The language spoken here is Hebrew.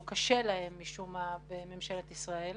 שזה קשה להם משום מה בממשלת ישראל,